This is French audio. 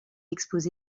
expose